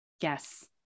Yes